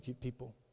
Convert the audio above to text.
people